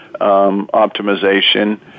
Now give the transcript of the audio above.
optimization